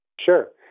Sure